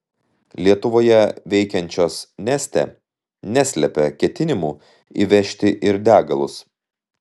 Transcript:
lietuvoje veikiančios neste neslepia ketinimų įvežti ir degalus